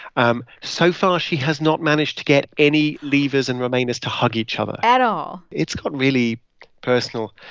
um so far, she has not managed to get any leavers and remainers to hug each other at all it's gotten really personal.